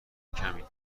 کمی